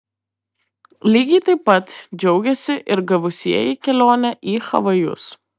lygiai taip pat džiaugėsi ir gavusieji kelionę į havajus